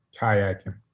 Kayaking